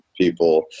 people